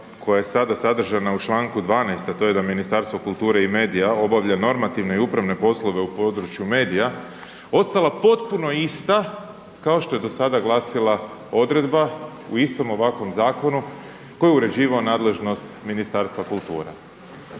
koja je sada sadržana u čl. 12., a to je da Ministarstvo kulture i medija obavlja normativne i upravne poslove u području medija ostala potpuno ista kao što je do sada glasila odredba u istom ovakvom zakonu koju je uređivao nadležnost Ministarstva kulture.